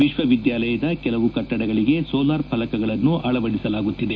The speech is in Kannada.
ವಿಶ್ವವಿದ್ಯಾಲಯದ ಕೆಲವು ಕಟ್ಟಡಗಳಿಗೆ ಸೋಲಾರ್ ಫಲಕಗಳನ್ನು ಅಳವಡಿಸಲಾಗುತ್ತಿದೆ